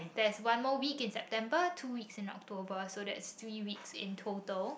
there's one week more in September two weeks in October so that's three weeks in total